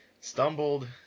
stumbled